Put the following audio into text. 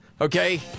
Okay